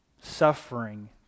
suffering